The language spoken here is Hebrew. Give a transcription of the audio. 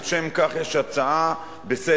לשם כך יש הצעה לסדר-היום,